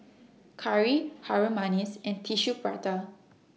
Curry Harum Manis and Tissue Prata